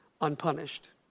unpunished